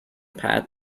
pat